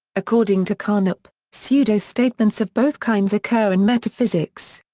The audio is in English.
according to carnap, pseudo-statements of both kinds occur in metaphysics.